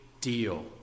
deal